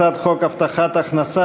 הצעת חוק הבטחת הכנסה